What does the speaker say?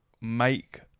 make